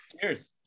Cheers